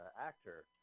actor